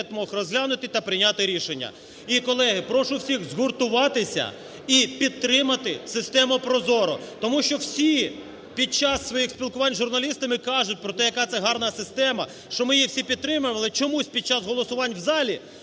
міг розглянути та прийняти рішення. І, колеги, прошу всіх згуртуватися і підтримати систему ProZorro. Тому що всі під час своїх спілкувань з журналістами кажуть про те, яка це гарна система, що ми її всі підтримуємо. Але чомусь під час голосувань у залі